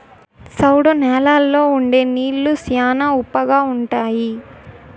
సౌడు న్యాలల్లో ఉండే నీళ్లు శ్యానా ఉప్పగా ఉంటాయి